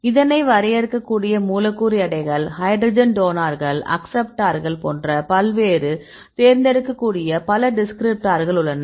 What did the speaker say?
இதனை வரையறுக்கக்கூடிய மூலக்கூறு எடைகள் ஹைட்ரஜன் டோனார்கள் அக்சப்ட்டார்கள் போன்ற பல்வேறு தேர்ந்தெடுக்கக்கூடிய பல டிஸ்கிரிப்டார்கள் உள்ளன